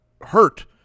hurt